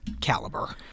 caliber